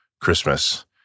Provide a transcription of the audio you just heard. Christmas